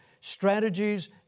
strategies